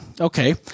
Okay